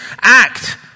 act